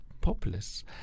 populists